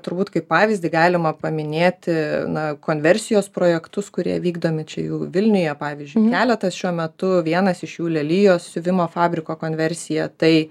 turbūt kaip pavyzdį galima paminėti na konversijos projektus kurie vykdomi čia jau vilniuje pavyzdžiui keletas šiuo metu vienas iš jų lelijos siuvimo fabriko konversiją tai